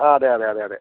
ആ അതെ അതെ അതെ